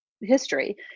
history